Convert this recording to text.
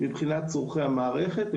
מבחינת צורכי המערכת,